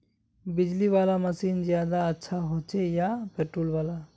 बिजली वाला मशीन ज्यादा अच्छा होचे या पेट्रोल वाला?